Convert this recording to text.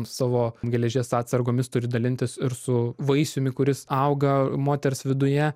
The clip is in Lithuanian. savo geležies atsargomis turi dalintis ir su vaisiumi kuris auga moters viduje